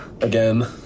again